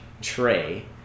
tray